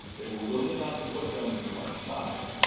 they were willing enough to put them to one side,